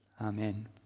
Amen